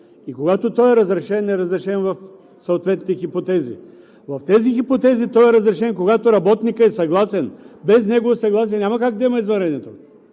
И когато той е разрешен, е разрешен в съответни хипотези. В тези хипотези той е разрешен, когато работникът е съгласен. Без негово съгласие няма как да има извънреден